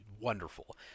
wonderful